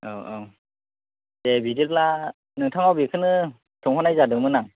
औ औ दे बिदिब्ला नोंथांनाव बेखौनो सोंहरनाय जादोंमोन आं